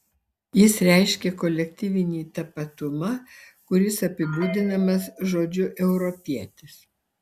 jis reiškia kolektyvinį tapatumą kuris apibūdinamas žodžiu europietis